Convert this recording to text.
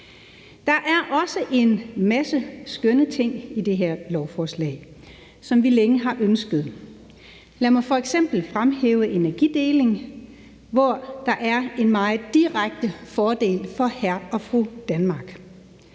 Der er også en masse skønne ting i det her lovforslag, som vi længe har ønsket. Lad mig f.eks. fremhæve energideling, hvor der er en meget direkte fordel for hr. og fru Danmark.